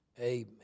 Amen